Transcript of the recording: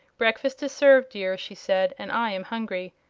breakfast is served, dear, she said, and i am hungry.